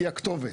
היא הכתובת.